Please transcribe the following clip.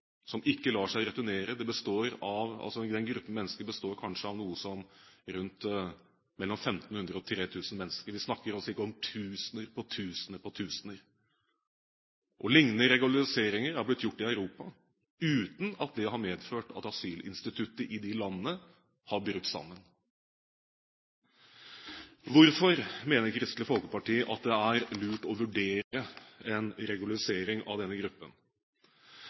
som ikke lar seg returnere. Den gruppen består kanskje av mellom 1 500 og 3 000 mennesker. Vi snakker altså ikke om tusener på tusener. Lignende regulariseringer har blitt gjort i Europa uten at det har medført at asylinstituttet i de landene har brutt sammen. Hvorfor mener Kristelig Folkeparti at det er lurt å vurdere en regularisering av denne gruppen?